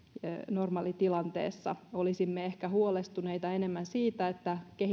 normaalitilanteessa olisimme ehkä huolestuneita enemmän siitä